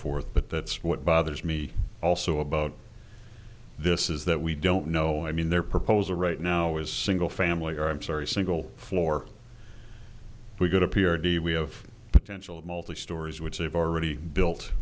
forth but that's what bothers me also about this is that we don't know i mean their proposal right now is single family or i'm sorry single floor we go to p r do we have potential multi stories which they've already built